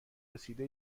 رسیده